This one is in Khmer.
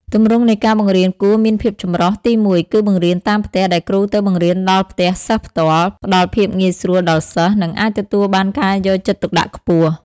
ទម្រង់នៃការបង្រៀនគួរមានភាពចម្រុះ ទីមួយ គឺបង្រៀនតាមផ្ទះ ដែលគ្រូទៅបង្រៀនដល់ផ្ទះសិស្សផ្ទាល់ ផ្តល់ភាពងាយស្រួលដល់សិស្ស និងអាចទទួលបានការយកចិត្តទុកដាក់ខ្ពស់។